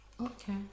Okay